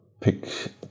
pick